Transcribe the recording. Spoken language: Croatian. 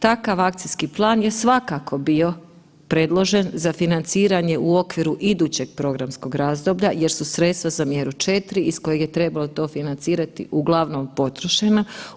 Takav akacijski plan je svakako bio predložen za financiranje u okviru idućeg programskog razdoblja jer su sredstva za mjeru 4 iz kojeg je to trebalo financirati uglavnom potrošnja.